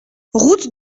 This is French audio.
route